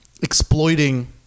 exploiting